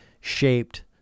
shaped